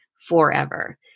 forever